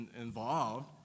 involved